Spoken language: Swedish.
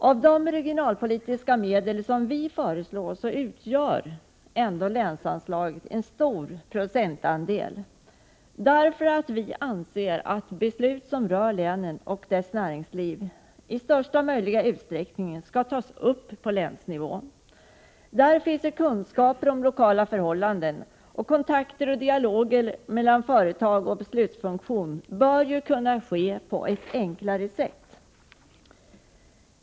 Av de regionalpolitiska medel som vi föreslår utgör länsanslaget en stor procentandel därför att vi anser att beslut som rör länen och deras näringsliv i största möjliga utsträckning skall fattas på länsnivå. Där finns kunskaper om lokala förhållanden. Kontakter och dialoger mellan företag och beslutsfunktion bör kunna ske på ett enklare sätt.